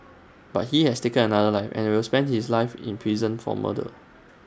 but he has taken another life and will spend his life in prison for murder